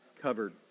covered